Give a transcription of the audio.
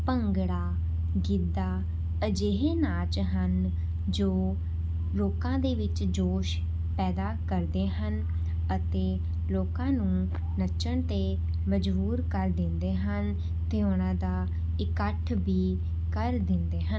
ਭੰਗੜਾ ਗਿੱਧਾ ਅਜਿਹੇ ਨਾਚ ਹਨ ਜੋ ਲੋਕਾਂ ਦੇ ਵਿੱਚ ਜੋਸ਼ ਪੈਦਾ ਕਰਦੇ ਹਨ ਅਤੇ ਲੋਕਾਂ ਨੂੰ ਨੱਚਣ 'ਤੇ ਮਜਬੂਰ ਕਰ ਦਿੰਦੇ ਹਨ ਅਤੇ ਉਹਨਾਂ ਦਾ ਇਕੱਠ ਵੀ ਕਰ ਦਿੰਦੇ ਹਨ